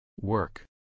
Work